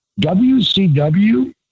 WCW